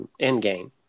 Endgame